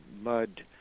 mud